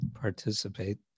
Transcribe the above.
participate